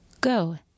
Go